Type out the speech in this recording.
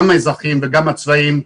גם האזרחיים וגם הצבאיים,